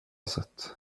sätt